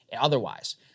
otherwise